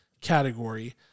category